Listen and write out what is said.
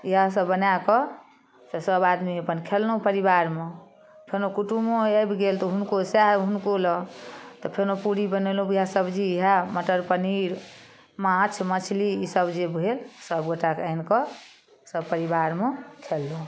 इएह सब बनाकऽ से सब आदमी अपन खेलहुँ परिवारमे कोनो कुटुम्बो आबि गेल तऽ हुनको सएह हुनको लए तऽ फेनो पूरी बनेलहुँ ओएह सब्जी है मटर पनीर माछ मछली ईसब जे भेल सब गोटाके आनिकऽ सपरिवारमे खेलहुँ